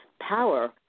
power